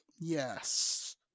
Yes